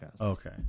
Okay